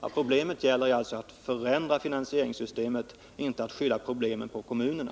Vad saken gäller är alltså att förändra finansieringssystemet — inte att skylla problemet på kommunerna.